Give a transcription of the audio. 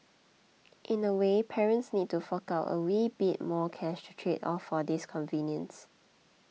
in a way parents need to fork out a wee bit more cash to trade off for this convenience